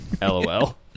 LOL